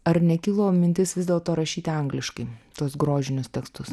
ar nekilo mintis vis dėlto rašyti angliškai tuos grožinius tekstus